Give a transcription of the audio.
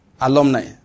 alumni